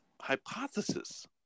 hypothesis